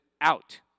out